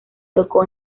tocó